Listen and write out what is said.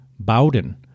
Bowden